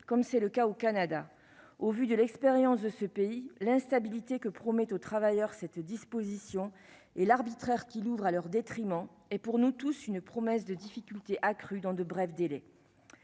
comme c'est le cas au Canada, au vu de l'expérience de ce pays, l'instabilité que promet aux travailleurs cette disposition et l'arbitraire qui l'ouvre à leur détriment et pour nous tous une promesse de difficultés accrues dans de brefs délais,